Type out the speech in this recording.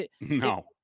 No